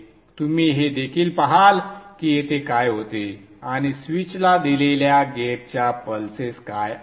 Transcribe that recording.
तुम्ही हे देखील पहाल की येथे काय होते आणि स्विचला दिलेल्या गेटच्या पल्सेस काय आहेत